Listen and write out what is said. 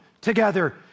together